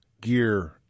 Gear